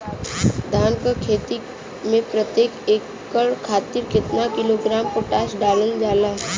धान क खेती में प्रत्येक एकड़ खातिर कितना किलोग्राम पोटाश डालल जाला?